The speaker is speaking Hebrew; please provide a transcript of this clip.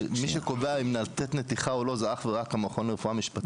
מי שקובע אם לתת נתיחה או לא זה אך ורק המכון לרפואה משפטית.